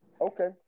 Okay